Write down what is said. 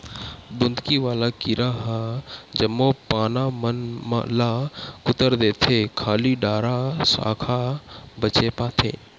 बुंदकी वाला कीरा ह जम्मो पाना मन ल कुतर देथे खाली डारा साखा बचे पाथे